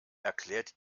erklärt